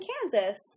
Kansas